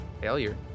Failure